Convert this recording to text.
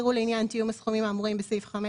יראו לעניין תיאום הסכומים האמורים בסעיף 5